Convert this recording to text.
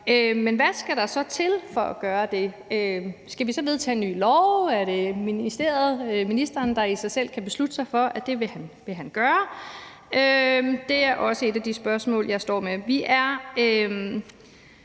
Men hvad skal der så til for at gøre det? Skal vi så vedtage en ny lov? Er det ministeren, der selv kan beslutte sig for, at det vil han gøre? Det er også nogle af de spørgsmål, jeg står med.